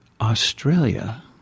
Australia